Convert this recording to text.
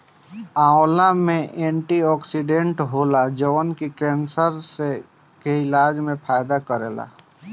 आंवला में एंटीओक्सिडेंट होला जवन की केंसर के इलाज में फायदा करेला